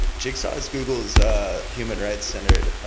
jigsaw is google's human rights-centered